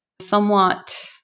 somewhat